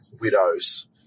widows